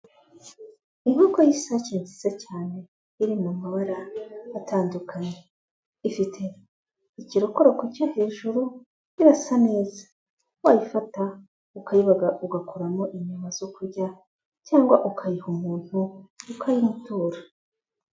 Inkoko y'isake nziza cyane iri mu mabara atandukanye, ifite ikirokoroko cyo hejuru, irasa neza, wayifata ukayibaga ugakuramo inyama zo kurya, cyangwa ukayiha umuntu ukayimutura.